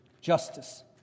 justice